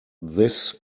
this